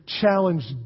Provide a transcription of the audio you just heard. challenged